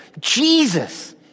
Jesus